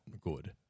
good